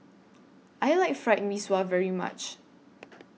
I like Fried Mee Sua very much